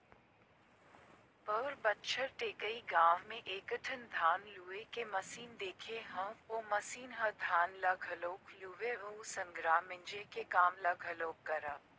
पउर बच्छर टेकारी गाँव में एकठन धान लूए के मसीन देखे हंव ओ मसीन ह धान ल घलोक लुवय अउ संघरा मिंजे के काम ल घलोक करय